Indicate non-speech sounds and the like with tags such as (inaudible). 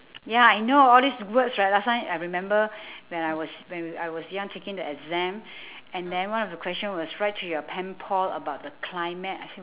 ya you know all these words right last time I remember (breath) when I was when we I was young taking the exam (breath) and then one of the questions was write to your pen pal about the climate I said